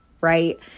right